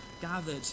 gathered